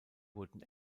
wurden